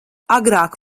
agrāk